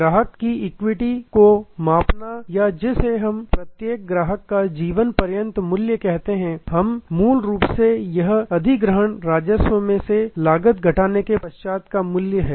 ग्राहक की इक्विटी को मापना या जिसे हम प्रत्येक ग्राहक का जीवन पर्यंत मूल्य कहते हैं हम मूल रूप से यह अधिग्रहण राजस्व मैं से लागत घटाने के पश्चात का मूल्य हैं